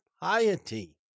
piety